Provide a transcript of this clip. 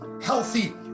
healthy